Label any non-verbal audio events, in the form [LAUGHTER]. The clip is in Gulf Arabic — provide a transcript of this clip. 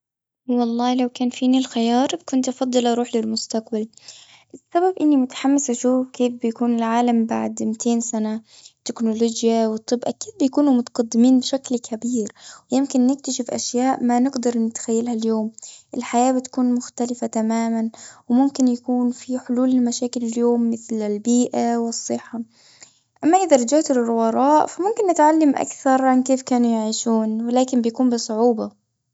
والله لو كان فيني الخيار، كنت أفضل أروح للمستقبل. السبب إني متحمسة أشوف [NOISE] كيف بيكون العالم، بعد [NOISE] ميتين سنة. تكنولوجيا وطب، أكيد بيكونوا متقدمين بشكل كبير. ويمكن نكتشف أشياء ما نقدر نتخيلها اليوم، الحياة بتكون مختلفة تماماً. وممكن يكون في حلول لمشاكل اليوم مثل البيئة والصحة. أما إذا رجعت للوراء، فممكن نتعلم أكثر عن كيف كانوا يعيشون، ولكن بيكون بصعوبة.